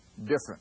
Different